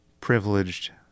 privileged